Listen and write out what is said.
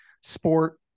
sport